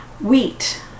wheat